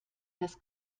das